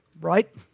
right